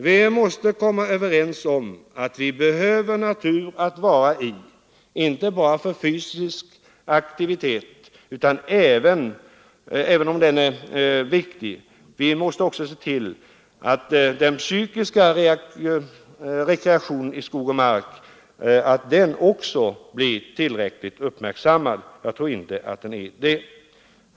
Vi måste komma överens om att vi behöver natur att vara i inte bara för fysisk aktivitet, även om den är mycket viktig. Vi måste också se till att den psykiska rekreationen i skog och mark blir tillräckligt uppmärksammad; jag tror inte att den är det.